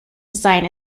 design